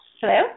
Hello